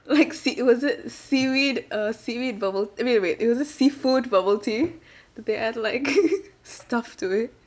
like sea was it seaweed uh seaweed bubble I mean wait was it seafood bubble tea that they add like stuff to it